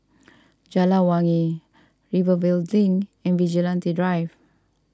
Jalan Wangi Rivervale Link and Vigilante Drive